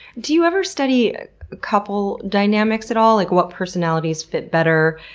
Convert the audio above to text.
do you ever study couple dynamics at all? like what personalities fit better?